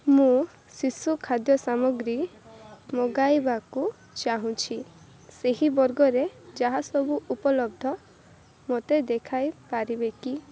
ମୁଁ ଶିଶୁ ଖାଦ୍ୟ ସାମଗ୍ରୀ ମଗାଇବାକୁ ଚାହୁଁଛି ସେହି ବର୍ଗରେ ଯାହା ସବୁ ଉପଲବ୍ଧ ମୋତେ ଦେଖାଇ ପାରିବେ କି